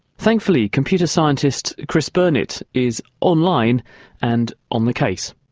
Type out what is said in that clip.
thankfully computer scientist chris burnett is online and on the case.